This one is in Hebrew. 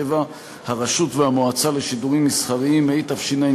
57) (הרשות והמועצה לשידורים מסחריים), התשע"ג